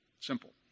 simple